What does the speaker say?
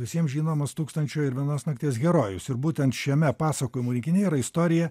visiems žinomas tūkstančio ir vienos nakties herojus ir būtent šiame pasakojimų rinkinyje yra istorija